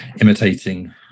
imitating